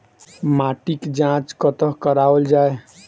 माटिक जाँच कतह कराओल जाए?